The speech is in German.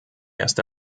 erste